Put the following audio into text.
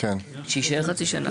שיישאר חצי שנה.